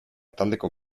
taldeko